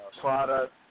product